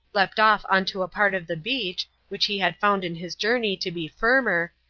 leapt off on to a part of the beach, which he had found in his journey to be firmer,